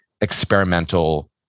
experimental